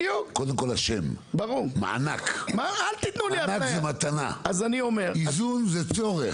קודם כל השם, מענק מענק זו מתנה, איזון זה צורך.